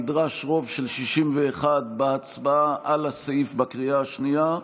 נדרש רוב של 61 בהצבעה על הסעיף בקריאה השנייה,